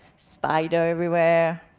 spiders everywhere,